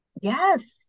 Yes